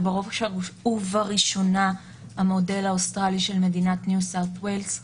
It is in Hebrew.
ובראש ובראשונה המודל האוסטרלי של מדינת ניו סאות' ויילס.